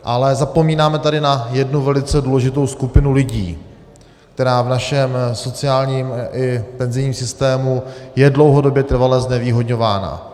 Ale zapomínáme tady na jednu velice důležitou skupinu lidí, která v našem sociálním i penzijním systému je dlouhodobě trvale znevýhodňována.